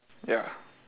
ya